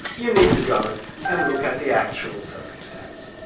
you need to go and look at the actual circumstance.